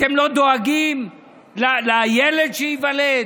אתם לא דואגים לילד שייוולד,